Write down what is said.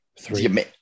three